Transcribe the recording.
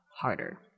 harder